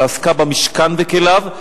ועסקה במשכן וכליו,